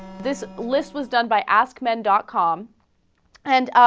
this list was done by askmen dot com and ah.